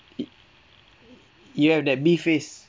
it you have that B face